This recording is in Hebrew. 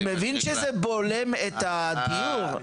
אני מבין שזה בולם את תנופת הדיור.